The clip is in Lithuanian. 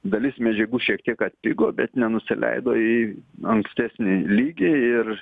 dalis medžiagų šiek tiek atpigo bet nenusileido į ankstesnį lygį ir